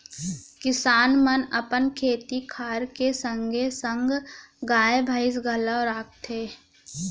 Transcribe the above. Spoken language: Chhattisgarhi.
किसान मन अपन खेती खार के संगे संग गाय, भईंस घलौ राखथें